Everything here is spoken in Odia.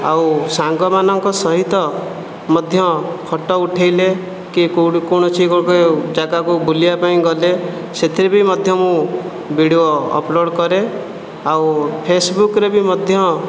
ଆଉ ସାଙ୍ଗମାନଙ୍କ ସହିତ ମଧ୍ୟ ଫଟୋ ଉଠାଇଲେ କିଏ କୌଣସି ଜାଗାକୁ ବୁଲିବା ପାଇଁ ଗଲେ ସେଥିରେ ବି ମଧ୍ୟ ମୁଁ ଭିଡିଓ ଅପଲୋଡ୍ କରେ ଆଉ ଫେସବୁକ୍ରେ ବି ମଧ୍ୟ